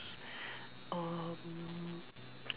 mm